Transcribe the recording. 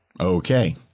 Okay